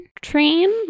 train